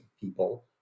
people